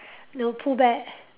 no Pooh bear